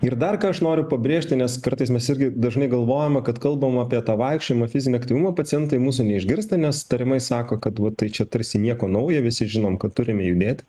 ir dar ką aš noriu pabrėžti nes kartais mes irgi dažnai galvojame kad kalbam apie tą vaikščiojimą fizinį aktyvumą pacientai mūsų neišgirsta nes tariamai sako kad va tai čia tarsi nieko nauja visi žinom kad turime judėti